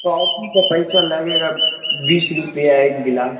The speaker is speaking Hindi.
कॉफी का पैसा लगेगा बीस रुपया एक गिलास